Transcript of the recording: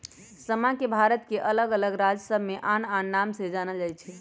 समा के भारत के अल्लग अल्लग राज सभमें आन आन नाम से जानल जाइ छइ